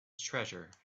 treasure